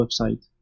website